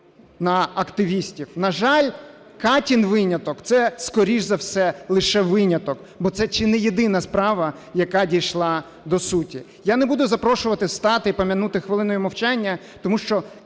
На жаль, Катін виняток – це скоріше за все лише виняток, бо це чи не єдина справа, яка дійшла до суті. Я не буду запрошувати встати і пом'янути хвилиною мовчання, тому що